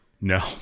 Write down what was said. No